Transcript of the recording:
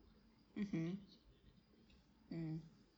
mmhmm mm